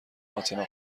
اتنا